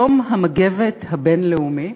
יום המגבת הבין-לאומי.